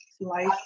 life